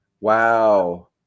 Wow